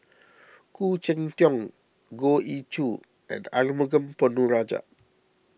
Khoo Cheng Tiong Goh Ee Choo and Arumugam Ponnu Rajah